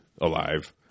alive